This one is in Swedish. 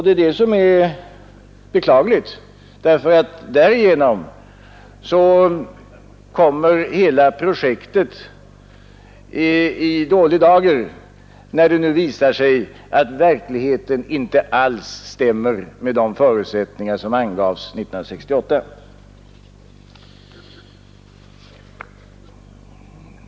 Det är det som är beklagligt, ty hela projektet kommer i dålig dager när det nu visar sig att verkligheten inte alls stämmer med de förutsättningar som angavs 1968.